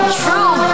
true